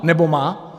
Nebo má?